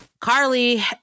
Carly